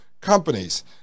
companies